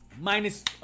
Minus